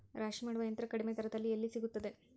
ರಾಶಿ ಮಾಡುವ ಯಂತ್ರ ಕಡಿಮೆ ದರದಲ್ಲಿ ಎಲ್ಲಿ ಸಿಗುತ್ತದೆ?